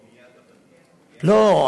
לא,